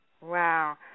Wow